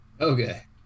Okay